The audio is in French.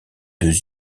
deux